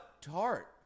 Tart